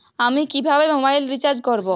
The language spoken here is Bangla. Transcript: আমি কিভাবে মোবাইল রিচার্জ করব?